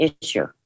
issue